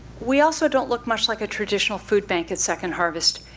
we also don't look much like a traditional food bank at second harvest.